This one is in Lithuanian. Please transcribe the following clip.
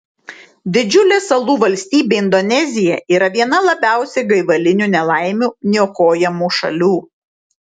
didžiulė salų valstybė indonezija yra viena labiausiai gaivalinių nelaimių niokojamų šalių